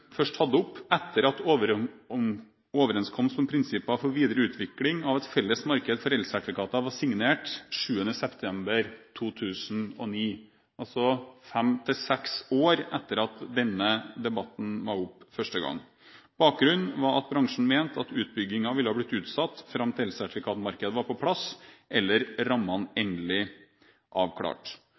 først tatt opp etter at overenskomsten om prinsippene for videre utvikling av et felles marked for elsertifikater var signert 7. september 2009, altså fem til seks år etter at denne debatten var oppe første gang. Bakgrunnen var at bransjen mente at utbyggingen ville blitt utsatt fram til elsertifikatmarkedet var på plass, eller til rammene var endelig avklart.